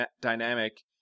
dynamic